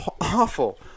awful